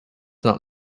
not